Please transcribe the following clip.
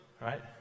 right